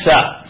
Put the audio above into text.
up